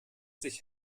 sich